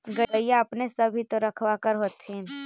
गईया अपने सब भी तो रखबा कर होत्थिन?